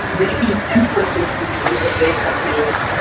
making inferences from clinical data is.